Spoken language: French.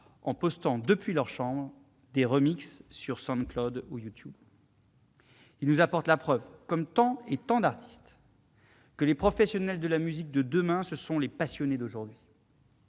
en postant, depuis leur chambre, des sur SoundCloud ou YouTube ? Ils nous apportent la preuve, comme tant et tant d'autres artistes, que les professionnels de la musique de demain, ce sont les passionnés d'aujourd'hui.